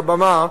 על הבמה.